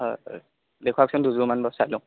হয় হয় দেখুৱাওকচোন দুযোৰ মান মই চাই লওঁ